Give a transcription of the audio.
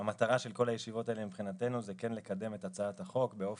שהמטרה של כל הישיבות האלה מבחינתנו זה כן לקדם את הצעת החוק באופן